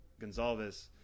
Gonzalez